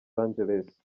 angeles